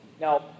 Now